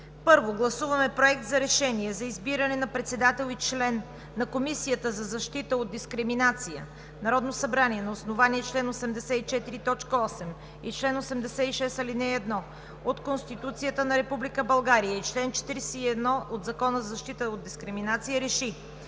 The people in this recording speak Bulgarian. Първо, гласуваме „Проект! РЕШЕНИЕ за избиране на председател и член на Комисията за защита от дискриминация Народното събрание на основание чл. 84, т. 8 и чл. 86, ал. 1 от Конституцията на Република България и чл. 41 от Закона за защита от дискриминация РЕШИ: